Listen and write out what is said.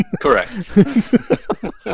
Correct